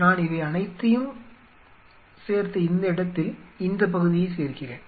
நான் இவை அனைத்தையும் சேர்த்த இந்த இடத்தில் இந்த பகுதியை சேர்க்கிறேன்